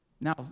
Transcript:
Now